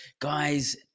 Guys